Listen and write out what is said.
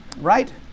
Right